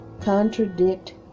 contradict